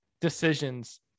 decisions